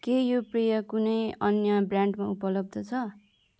के यो पेय कुनै अन्य ब्रान्डमा उपलब्ध छ